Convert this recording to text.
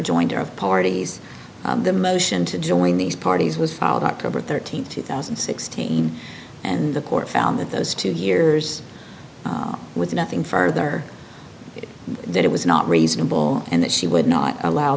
joined of parties the motion to join these parties was filed october thirteenth two thousand and sixteen and the court found that those two years with nothing further that it was not reasonable and that she would not allow